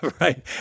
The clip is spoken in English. Right